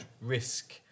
risk